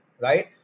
right